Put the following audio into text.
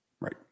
Right